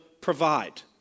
provide